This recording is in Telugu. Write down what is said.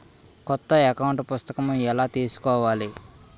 కొత్త అకౌంట్ పుస్తకము ఎలా తీసుకోవాలి?